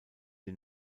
den